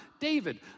David